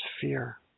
fear